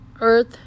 earth